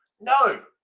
No